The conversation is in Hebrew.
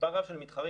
מספר רב של מתחרים.